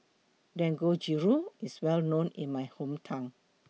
Dangojiru IS Well known in My Hometown